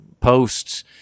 posts